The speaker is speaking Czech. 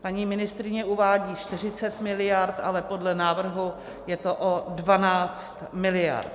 Paní ministryně uvádí 40 miliard, ale podle návrhu je to o 12 miliard.